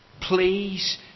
Please